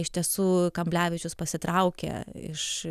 iš tiesų kamblevičius pasitraukė iš